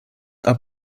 are